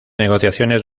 negociaciones